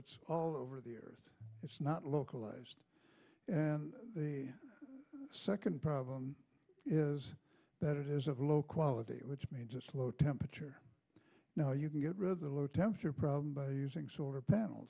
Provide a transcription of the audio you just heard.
it's all over the earth it's not localized and second problem is that it is of low quality which means it's low temperature now you can get rid of the low temperature problem by using solar